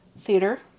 theater